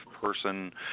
person